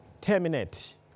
terminate